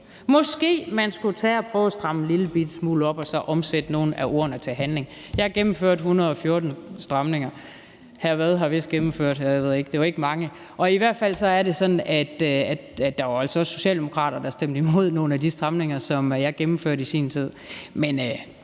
Måske man skulle tage og prøve at stramme en lille smule op og så omsætte nogle af ordene til handling. Jeg har gennemført 114 stramninger. Hr. Frederik Vad har vist ikke gennemført mange. Og i hvert fald er det sådan, at der altså også var socialdemokrater, der stemte imod nogle af de stramninger, som jeg gennemførte i sin tid.